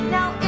Now